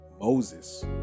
Moses